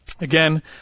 Again